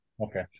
Okay